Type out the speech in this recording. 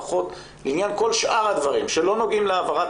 לפחות עניין כל שאר הדברים שלא נוגעים להעברת